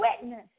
witness